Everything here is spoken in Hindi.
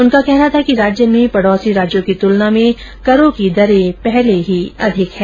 उनका कहना था कि राज्य में पड़ोसी राज्यों की तुलना में करों की दरें पहले ही अधिक हैं